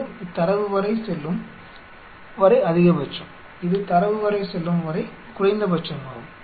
இது தரவு வரை செல்லும் வரை அதிகபட்சம் இது தரவு வரை செல்லும் வரை குறைந்தபட்சம் ஆகும்